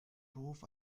beruf